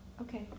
Okay